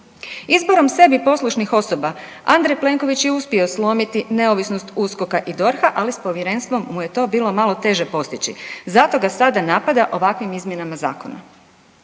Izborom sebi poslušnih osoba, Andrej Plenković je uspio slomiti neovisnost USKOK-a i DORH-a, ali s povjerenstvom mu je to bilo malo teže postići. Zato ga sada napada ovakvim izmjenama zakona.